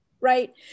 right